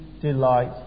delight